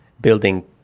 building